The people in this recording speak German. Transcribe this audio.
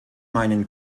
meinen